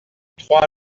trois